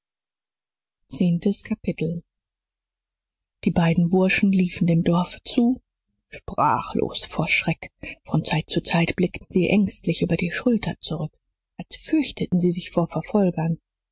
zehntes kapitel die beiden burschen liefen dem dorfe zu sprachlos vor schreck von zeit zu zeit blickten sie ängstlich über die schulter zurück als fürchteten sie sich vor verfolgern